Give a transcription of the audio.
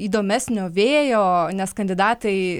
įdomesnio vėjo nes kandidatai